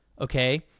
Okay